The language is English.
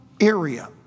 area